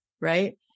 right